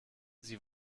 sie